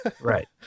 right